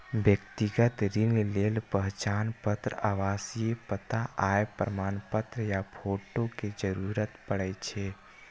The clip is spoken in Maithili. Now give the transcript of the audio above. व्यक्तिगत ऋण लेल पहचान पत्र, आवासीय पता, आय प्रमाणपत्र आ फोटो के जरूरत पड़ै छै